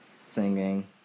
singing